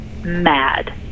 mad